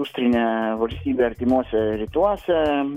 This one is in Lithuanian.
industrinę valstybę artimuose rytuose